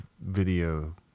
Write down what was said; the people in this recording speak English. video